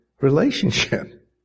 relationship